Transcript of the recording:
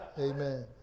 Amen